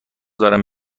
دارم